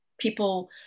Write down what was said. people